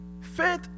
Faith